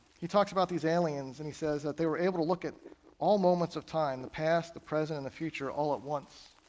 he talks about these aliens, and he says that they were able to look at all moments of time, the past, the present, and the future all at once.